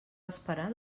esperar